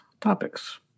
topics